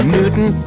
Newton